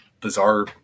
bizarre